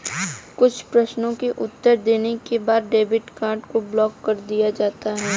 कुछ प्रश्नों के उत्तर देने के बाद में डेबिट कार्ड को ब्लाक कर दिया जाता है